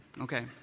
Okay